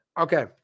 Okay